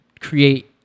create